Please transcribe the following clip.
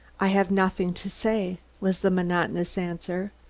i have nothing to say, was the monotonous answer.